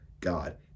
God